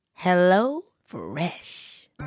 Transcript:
HelloFresh